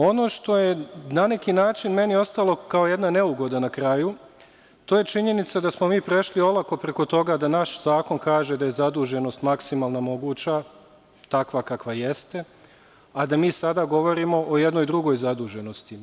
Ono što je na neki način meni ostalo kao jedna neugoda na kraju, to je činjenica da smo mi prešli olako preko toga da naš zakon kaže da je zaduženost maksimalno moguća takva kakva jeste, a da mi sada govorimo o jednoj drugoj zaduženosti.